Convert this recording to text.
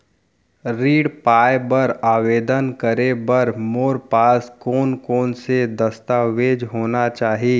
ऋण पाय बर आवेदन करे बर मोर पास कोन कोन से दस्तावेज होना चाही?